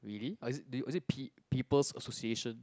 really or is it do you or is it pe~ people's association